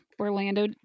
Orlando